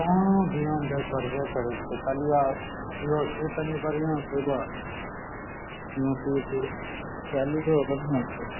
हँ ध्यान दै परबे करै छै कहलियऽ तनी बढ़िऑंसँ सीबऽ बढ़िऑंसँ